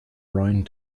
round